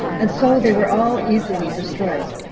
and so they were all easily destroyed.